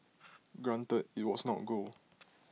granted IT was not gold